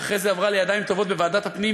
שאחרי זה עברה לידיים טובות בוועדת הפנים,